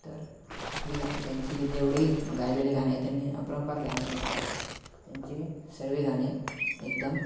तर ही गा त्यांची जेवढेही गायिलेले गाणे आहेत त्यांनी अपरंपार गाणी गायिले आहेत त्यांचे सर्व गाणे एकदम